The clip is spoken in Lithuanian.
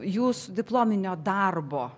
jūs diplominio darbo